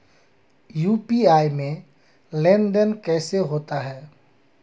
UPI में लेनदेन कैसे होता है?